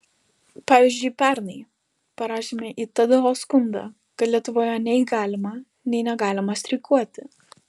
pavyzdžiui pernai parašėme į tdo skundą kad lietuvoje nei galima nei negalima streikuoti